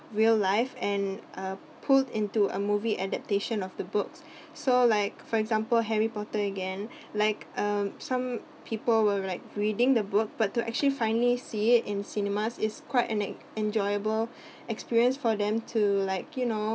real life and are pulled into a movie adaptation of the books so like for example harry potter again like um some people will like reading the book but to actually finally see it in cinemas is quite an e~ enjoyable experience for them to like you know